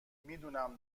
میدونم